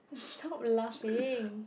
stop laughing